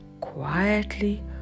Quietly